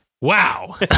Wow